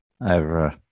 over